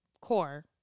core